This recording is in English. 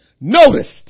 Noticed